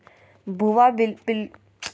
भुवा पिल्लु, रोमहवा से सिजुवन के कैसे बचाना है?